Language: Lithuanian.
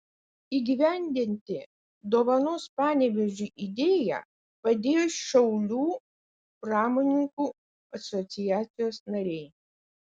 įgyvendinti dovanos panevėžiui idėją padėjo šiaulių pramonininkų asociacijos nariai